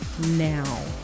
now